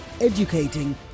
educating